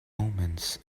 omens